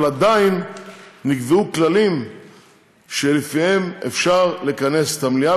אבל עדיין נקבעו כללים שלפיהם אפשר לכנס את המליאה,